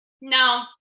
no